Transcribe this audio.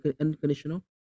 unconditional